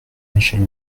michel